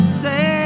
Say